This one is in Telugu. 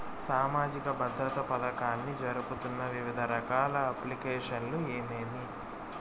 సామాజిక భద్రత పథకాన్ని జరుపుతున్న వివిధ రకాల అప్లికేషన్లు ఏమేమి?